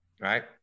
right